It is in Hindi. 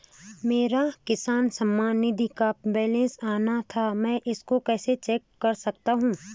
मेरा किसान सम्मान निधि का बैलेंस आना था मैं इसको कैसे चेक कर सकता हूँ?